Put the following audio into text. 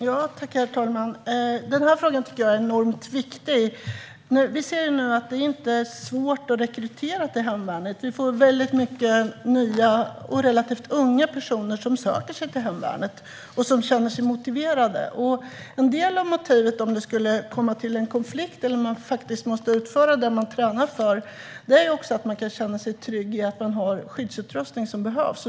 Herr talman! Jag tycker att frågan är enormt viktig. Vi ser nu att det inte är svårt att rekrytera till hemvärnet; det är många nya och relativt unga personer som söker sig till hemvärnet och känner sig motiverade. En del av motivet om det skulle komma till en konflikt eller om man faktiskt måste utföra det man tränar för är att man kan känna sig trygg i att man har den skyddsutrustning som behövs.